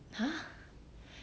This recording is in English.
ha